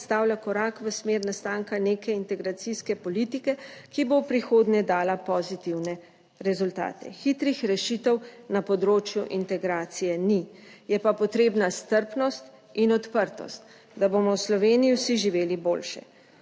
predstavlja korak v smer nastanka neke integracijske politike, ki bo v prihodnje dala pozitivne rezultate. Hitrih rešitev na področju integracije ni, je pa potrebna strpnost in odprtost, da bomo v Sloveniji vsi živeli boljše.